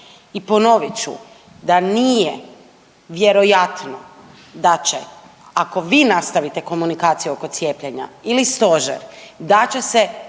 i ponovit ću da nije vjerojatno da će ako vi nastavite komunikaciju oko cijepljenja ili stožer da će se